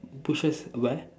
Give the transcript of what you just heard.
bushes where